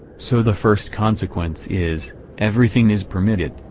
so the first consequence is everything is permitted,